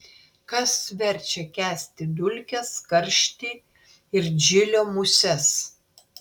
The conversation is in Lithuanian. kas verčia kęsti dulkes karštį ir džilio muses